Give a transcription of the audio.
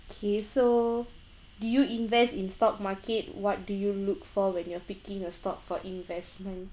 kay so do you invest in stock market what do you look for when you're picking a stock for investment